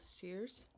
Cheers